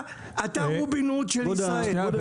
אתה רובין הוד של ישראל?